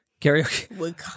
karaoke